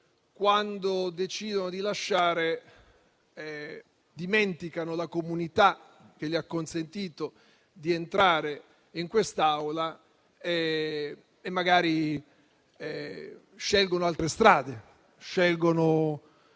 quando decidono di lasciare, dimenticano la comunità che ha consentito loro di entrare in quest'Aula e magari scelgono altre strade e